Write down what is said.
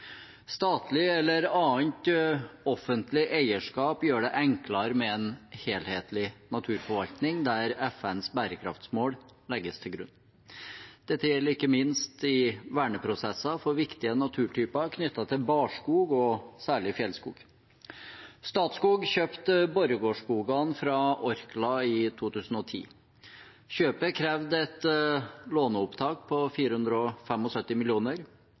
Statlig eller annet offentlig eierskap gjør det enklere med en helhetlig naturforvaltning der FNs bærekraftsmål legges til grunn. Dette gjelder ikke minst i verneprosesser for viktige naturtyper knyttet til barskog, og særlig fjellskog. Statskog kjøpte Borregaard-skogene fra Orkla i 2010. Kjøpet krevde et låneopptak på 475 mill. kr, og